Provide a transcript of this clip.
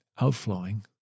outflowing